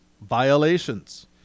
violations